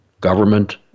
Government